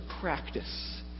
practice